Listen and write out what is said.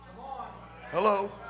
hello